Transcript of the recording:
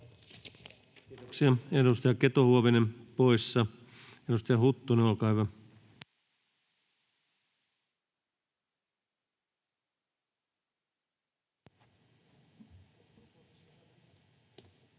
Kiitoksia. — Edustaja Keto-Huovinen poissa. — Edustaja Huttunen, olkaa hyvä. Arvoisa